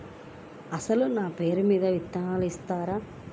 అసలు నా పేరు మీద విత్తనాలు ఇస్తారా?